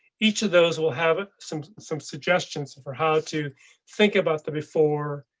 each of those will have ah some some suggestions for how to think about the before,